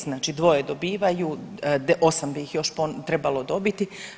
Znači dvoje dobivaju, 8 bi ih još trebalo dobiti.